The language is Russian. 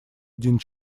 один